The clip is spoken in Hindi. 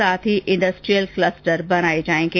साथ ही इंडस्ट्रियल कलस्टर बनाए जाएंगे